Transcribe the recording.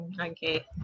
Okay